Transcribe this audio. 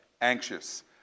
anxious